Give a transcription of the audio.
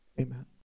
amen